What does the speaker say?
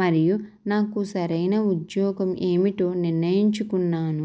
మరియు నాకు సరైన ఉద్యోగం ఏమిటో నిర్ణయించుకున్నాను